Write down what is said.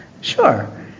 Sure